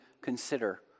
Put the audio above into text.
consider